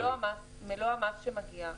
-- מלוא המס שמגיע.